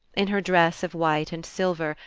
in her dress of white and silver,